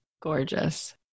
gorgeous